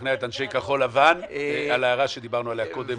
לשכנע את אנשי כחול לבן על ההערה שדיברנו עליה קודם,